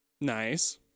Nice